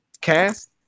cast